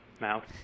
mouth